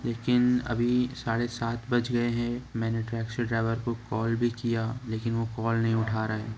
لیکن ابھی ساڑھے سات بج گئے ہیں میں نے ٹیکسی ڈرائیور کو کال بھی کیا لیکن وہ کال نہیں اٹھا رہے ہیں